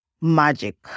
magic